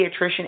pediatrician